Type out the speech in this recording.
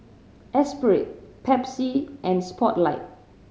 Espirit Pepsi and Spotlight